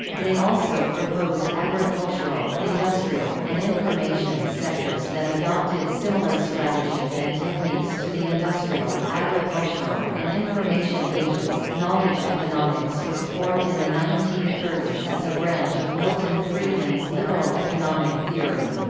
they also proposed agricultural, industrial, and information sectors that adopted similar strategies and techniques to the industrial, agricultural, and information ages knowledge economics was formed in the nineteen thirty s as a branch of milton friedman's liberal economic theory.